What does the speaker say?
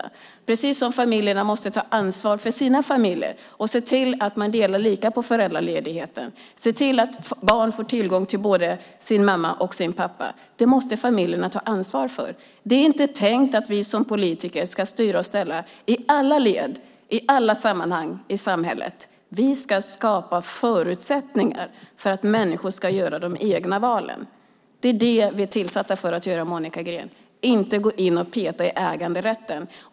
På precis samma sätt måste familjerna ta ansvar för sina familjer och se till att man delar lika på föräldraledigheten, se till att barn får tillgång till både sin mamma och sin pappa. Det måste familjerna ta ansvar för. Det är inte tänkt att vi politiker ska styra och ställa i alla led och i alla sammanhang i samhället. Vi ska skapa förutsättningar för att människor gör de egna valen. Det är det vi är tillsatta för att göra, Monica Green, inte för att gå in och peta i äganderätten.